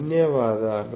ధన్యవాదాలు